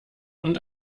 und